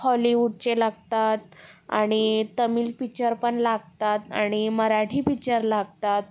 हॉलीवुडचे लागतात आणि तामिळ पिक्चर पण लागतात आणि मराठी पिक्चर लागतात